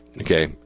Okay